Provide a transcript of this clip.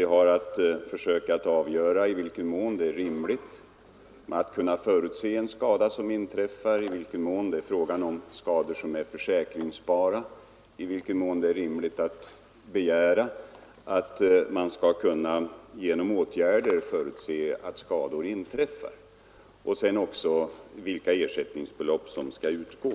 Vi har att försöka avgöra i vilken mån det är rimligt att begära att man skall kunna förutse att en skada kan inträffa och vidta åtgärder för att förhindra den, i vilken mån det är fråga om skador som är försäkringsbara och sedan vilka ersättningsbelopp som skall utgå.